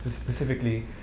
Specifically